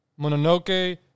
Mononoke